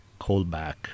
callback